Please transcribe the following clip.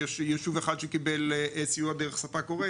יש ישוב אחד שקיבל סיוע דרך ספק --,